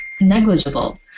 negligible